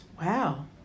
Wow